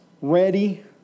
ready